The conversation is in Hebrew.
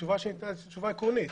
התשובה שניתנה היא תשובה עקרונית,